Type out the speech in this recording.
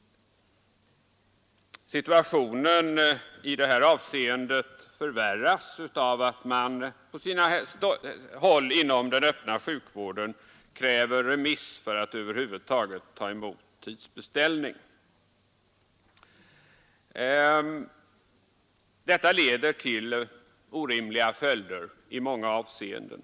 Situationen förvärras av att man på sina håll inom den öppna sjukvården kräver remiss för att över huvud taget ta emot tidsbeställning. Detta leder till orimliga följder i många avseenden.